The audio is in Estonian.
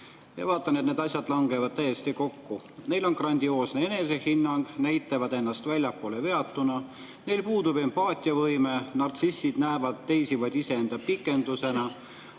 ma vaatan, et need asjad langevad täiesti kokku. Neil on grandioosne enesehinnang, nad näitavad ennast väljapoole veatuna, neil puudub empaatiavõime. Nartsissid näevad teisi vaid iseenda pikendusena.